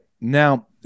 Now